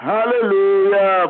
Hallelujah